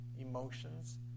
emotions